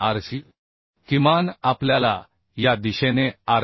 Rc किमान आपल्याला या दिशेने Rc